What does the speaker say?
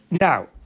Now